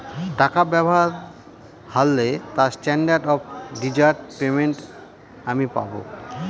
টাকা ব্যবহার হারলে তার স্ট্যান্ডার্ড অফ ডেজার্ট পেমেন্ট আমি পাব